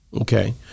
Okay